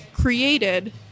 created